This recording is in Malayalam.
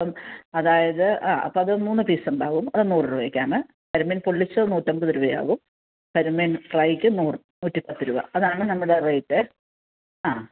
അപ്പം അതായത് അ അപ്പം അത് മൂന്ന് പീസ് ഉണ്ടാകും അത് നൂറ് രൂപയ്ക്കാണ് കരിമീൻ പൊള്ളിച്ചത് നൂറ്റമ്പത് രുപയാകും കരിമീൻ ഫ്രൈക്ക് നൂറ് നൂറ്റിപ്പത്ത് രുപ അതാണ് നമ്മുടെ റേറ്റെ ആ